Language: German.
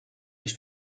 ich